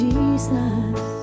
Jesus